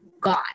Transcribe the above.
God